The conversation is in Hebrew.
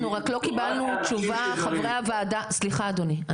סליחה אדוני,